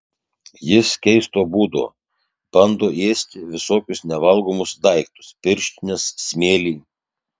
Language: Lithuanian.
jis keisto būdo bando ėsti visokius nevalgomus daiktus pirštines smėlį